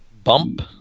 Bump